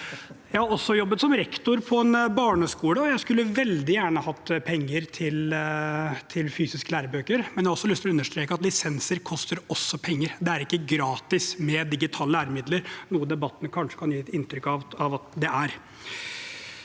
Jeg har jobbet som rektor på en barneskole og skulle veldig gjerne hatt penger til fysiske lærebøker. Jeg har lyst å understreke at lisenser også koster penger, det er ikke gratis med digitale læremidler, noe debatten kanskje kan gi inntrykk av at det er.